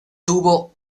tuvo